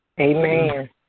Amen